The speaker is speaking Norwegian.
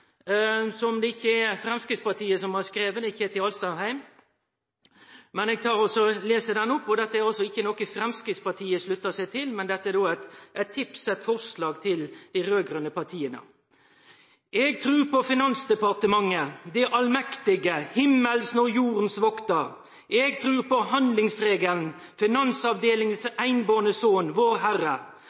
som ikkje Framstegspartiet har skrive, men Kjetil B. Alstadheim. Eg les den opp, men denne truvedkjenninga er ikkje noko som Framstegspartiet sluttar seg til, men det er eit forslag til dei raud-grøne partia: «Jeg tror på Finansdepartementet, det allmektige Himmelens og jordens vokter. Jeg tror på handlingsregelen, Finansavdelingens enbårne sønn, vår herre,